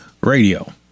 Radio